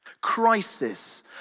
Crisis